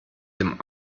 dem